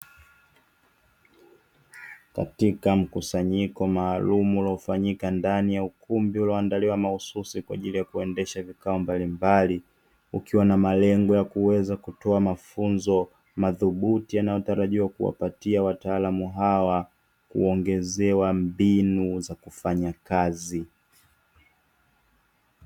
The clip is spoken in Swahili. Katika mkusanyiko maalumu uliofanyika ndani ya ukumbi ulioandaliwa mahususi kwa ajili ya kuendesha vikao mbalimbali ukiwa na malengo ya kuweza kutoa mafunzo madhubuti yanayotarajiwa kuwapatia wataalamu hawa kuongezawa mbinu za kufanya kazi.